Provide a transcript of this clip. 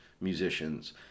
musicians